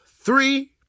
three